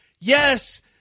Yes